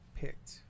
picked